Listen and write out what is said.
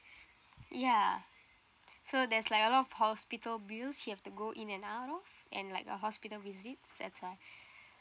ya so there's like a lot of hospital bills she have to go in and out and like uh hospital visits that's why